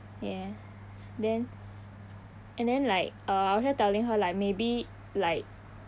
ya then and then like uh after telling her like maybe like